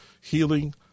healing